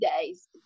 days